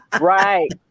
right